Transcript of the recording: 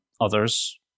Others